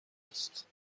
است